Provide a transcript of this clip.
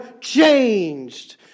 changed